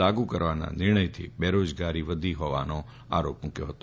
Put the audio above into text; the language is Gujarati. લાગુ કરવાના નિર્ણયથી બેરોજગારી વધી ફોવાનો આરોપ મૂક્યો ફતો